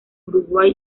uruguay